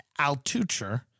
Altucher